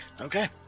Okay